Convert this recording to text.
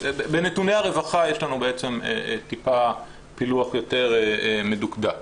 בנתוני הרווחה יש לנו טיפה פילוח יותר מדוקדק.